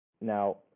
now